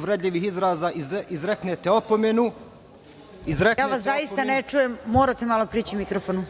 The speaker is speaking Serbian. uvredljivih izraza izreknete opomenu. **Snežana Paunović** Ja vas zaista ne čujem, morate malo prići mikrofonu.